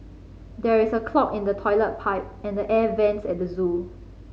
there is a clog in the toilet pipe and the air vents at the zoo